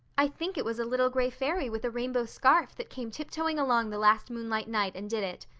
i think it was a little gray fairy with a rainbow scarf that came tiptoeing along the last moonlight night and did it.